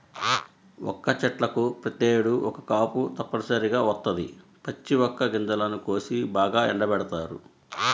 వక్క చెట్లకు ప్రతేడు ఒక్క కాపు తప్పనిసరిగా వత్తది, పచ్చి వక్క గింజలను కోసి బాగా ఎండబెడతారు